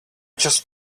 just